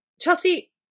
Chelsea